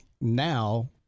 Now